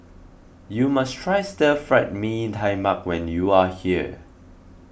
you must try Stir Fried Mee Tai Mak when you are here